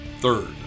third